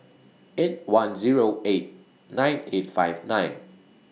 eight one Zero eight nine eight five nine